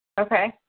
Okay